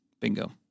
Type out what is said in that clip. Bingo